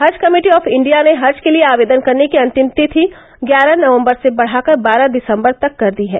हज committee of India ने हज के लिये आवेदन करने की अन्तिम तिथि ग्यारह नवम्बर से बढ़ाकर बारह दिसम्बर तक कर दी है